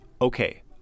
Okay